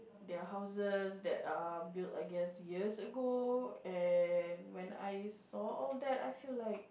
their houses that um built I guess years ago and when I saw all that I feel like